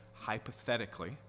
hypothetically